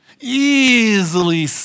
easily